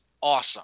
awesome